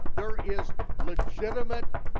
there is legitimate